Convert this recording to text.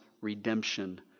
redemption